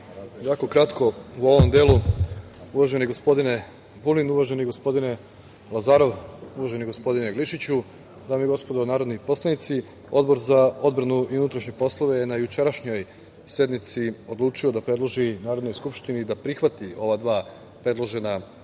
kratko u ovom delu. Uvaženi gospodine Vulin, uvaženi gospodine Lazarov, uvaženi gospodine Glišiću, dame i gospodo narodni poslanici, Odbor za odbranu i unutrašnje poslove na jučerašnjoj sednici odlučio je da predloži Narodnoj skupštini da prihvati ova dva predložena zakona